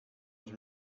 onze